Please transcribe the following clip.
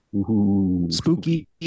Spooky